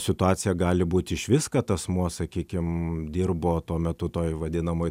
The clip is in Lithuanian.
situacija gali būt išvis kad asmuo sakykim dirbo tuo metu toj vadinamoj